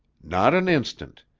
not an instant.